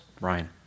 Ryan